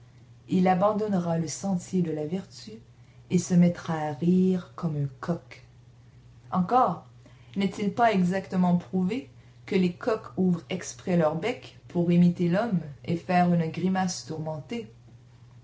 il abandonnera le sentier de la vertu et se mettra à rire comme un coq encore n'est-il pas exactement prouvé que les coqs ouvrent exprès leur bec pour imiter l'homme et faire une grimace tourmentée